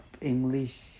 English